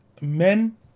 men